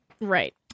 Right